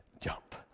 Jump